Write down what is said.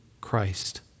Christ